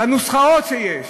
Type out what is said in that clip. בנוסחאות שיש,